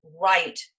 right